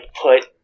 put